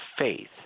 faith